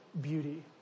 beauty